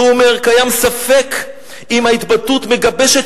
והוא אומר: קיים ספק אם ההתבטאות מגבשת